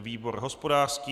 Výbor hospodářský.